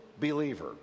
believer